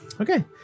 okay